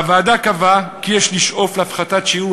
הוועדה קבעה כי יש לשאוף להפחתת שיעור